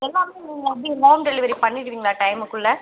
எல்லாமே நீங்கள் எப்படி ஹோம் டெலிவரி பண்ணிடுவீங்களா டைமுக்குள்ளே